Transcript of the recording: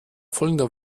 folgender